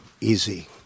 easy